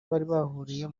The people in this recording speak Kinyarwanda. bahuriye